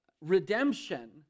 Redemption